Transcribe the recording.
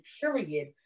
period